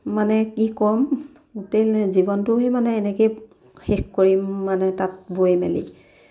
মানে কি ক'ম গোটেই জীৱনটোয়ে মানে এনেকেই শেষ কৰিম মানে তাঁত বৈ মেলি